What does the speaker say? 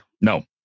No